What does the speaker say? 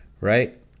Right